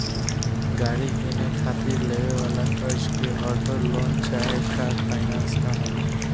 गाड़ी किने खातिर लेवे वाला कर्जा के ऑटो लोन चाहे कार फाइनेंस कहाला